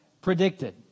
predicted